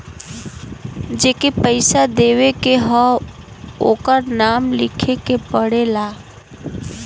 जेके पइसा देवे के हौ ओकर नाम लिखे के पड़ला